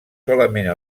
solament